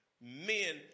men